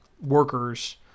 workers